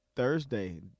Thursday